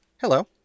hello